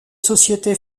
sociétés